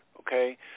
okay